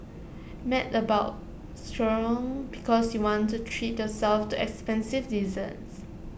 mad about Sucre because you want to treat yourself to expensive desserts